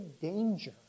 danger